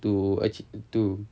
to actu~ to